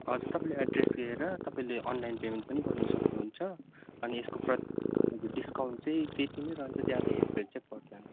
हजुर तपाईँले एड्रेस दिएर तपाईँले अनलाइन पेमेन्ट पनि गर्नु सक्नुहुन्छ अनि यसको प्राइसमा डिस्काउन्ट चाहिँ त्यति नै रहन्छ ज्यादा हेरफेर चाहिँ पर्दैन